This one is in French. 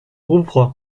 rouvroy